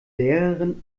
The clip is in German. lehrerin